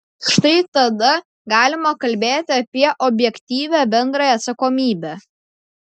štai tada galima kalbėti apie objektyvią bendrąją atsakomybę